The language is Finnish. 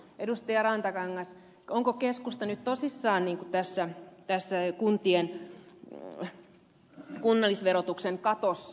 rantakangas onko keskusta nyt tosissaan tässä kunnallisverotuksen katossa